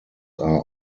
are